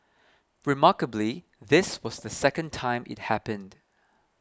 remarkably this was the second time it happened